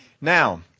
Now